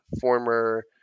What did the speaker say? former